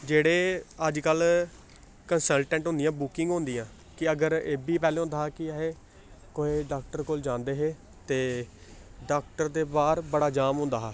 जेह्ड़े अजकल्ल कंस्लटैंट होंदियां बुकिंग होंदियां कि अगर एह् बी पैह्लें होंदा हा कि असें कुसै डाक्टर कोल जांदे हे ते डाक्टर दे बाह्र बड़ा जाम होंदा हा